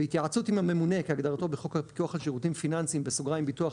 בהתייעצות עם הממונה כהגדרתו בחוק הפיקוח על שירותים פיננסיים (ביטוחי),